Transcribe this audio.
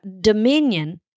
Dominion